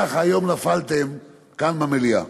ככה היום נפלתם כאן במליאה.